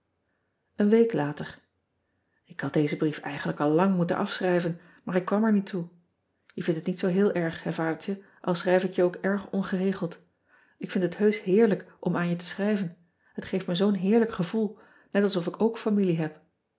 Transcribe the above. dezen brief eigenlijk al lang moeten afschrijven maar ik kwam er niet toe e vindt het niet zoo heel erg hè adertje al schrijf ik je ook erg ongeregeld k vind het heusch heerlijk om aan je te schrijven het geeft me zoo n heerlijk gevoel net alsof ik ook familie heb